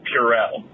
Purell